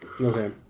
Okay